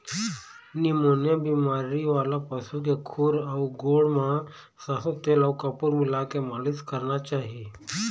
pneumonia बेमारी वाला पशु के खूर अउ गोड़ म सरसो तेल अउ कपूर मिलाके मालिस करना चाही